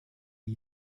die